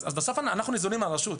אנחנו ניזונים מהרשות.